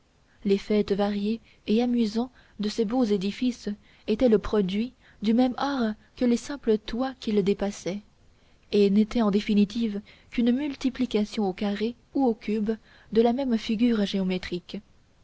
les faîtes variés et amusants de ces beaux édifices étaient le produit du même art que les simples toits qu'ils dépassaient et n'étaient en définitive qu'une multiplication au carré ou au cube de la même figure géométrique